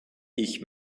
ich